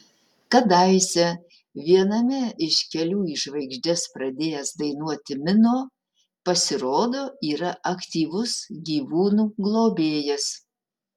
kadaise viename iš kelių į žvaigždes pradėjęs dainuoti mino pasirodo yra aktyvus gyvūnų globėjas